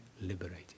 liberated